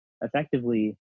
effectively